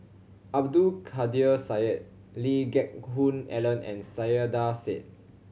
Abdul Kadir Syed Lee Geck Hoon Ellen and Saiedah Said